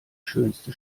schönste